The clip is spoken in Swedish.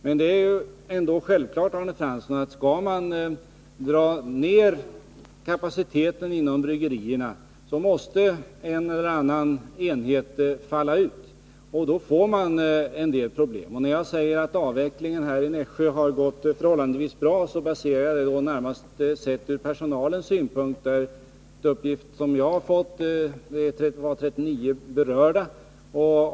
Men det är ändå självklart, Arne Fransson, att om man skall dra ned kapaciteten inom bryggerierna, måste en eller annan enhet falla ut, och då får man en del problem. När jag säger att avvecklingen i Nässjö har gått förhållandevis bra, ser jag det närmast ur personalens synvinkel. Enligt uppgifter som jag fått var det 39 berörda.